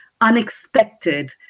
unexpected